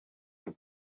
vous